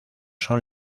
son